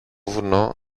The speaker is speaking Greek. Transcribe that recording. βουνό